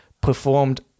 performed